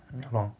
你 from